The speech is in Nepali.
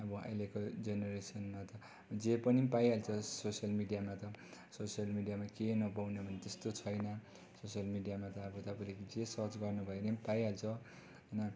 अब अहिलेको जेनेरेसनमा त जे पनि पाइहाल्छ सोसियल मिडियामा त सोसियल मिडियामा केही नपाउने भन्ने त्यस्तो छैन सोसियल मिडियामा त अब तपाईँले जे सर्च गर्नुभयो नि पाइहाल्छ होइन